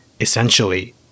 essentially